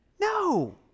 no